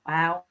Wow